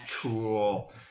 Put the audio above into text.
Cool